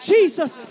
Jesus